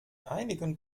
einigen